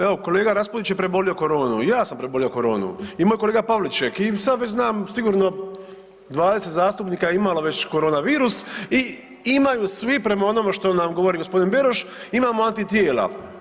Evo kolega Raspudić je prebolio koronu i ja sam prebolio koronu i moj kolega Pavlićek i sad već znam sigurno 20 zastupnika je imalo već korona virus i imaju svi prema onome što nam govori gospodin Beroš imamo antitijela.